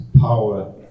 power